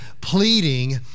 pleading